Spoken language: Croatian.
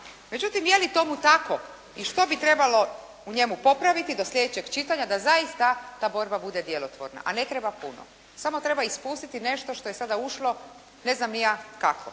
Međutim, je li tomu tako i što bi trebalo u njemu popraviti do sljedećeg čitanja da zaista ta borba bude djelotvorna, a ne treba puno. Samo treba ispustiti nešto što je sada ušlo ne znam ni ja kako.